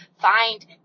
find